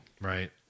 Right